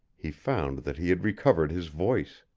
he found that he had recovered his voice.